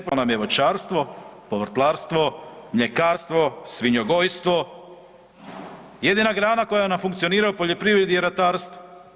Propalo nam je voćarstvo, povrtlarstvo, mljekarstvo, svinjogojstvo, jedina grana koja nam funkcionira u poljoprivredi je ratarstvo.